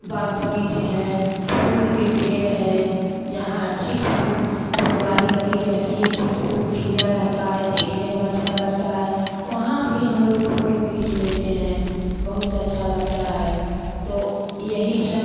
बाग बगीचे हैं फूल के पेड़ है जहाँ अच्छी फूल फुलवारी लगी रहती है खूब फूल खिला रहता है देखने में अच्छा लगता है वहाँ भी हम लोग फ़ोटो खींच लेते हैं बहुत अच्छा लगता है तो यही सब